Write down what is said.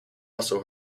also